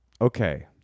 Okay